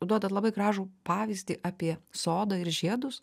duodat labai gražų pavyzdį apie sodą ir žiedus